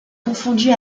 confondue